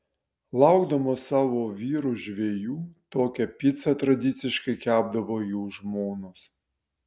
laukdamos savo vyrų žvejų tokią picą tradiciškai kepdavo jų žmonos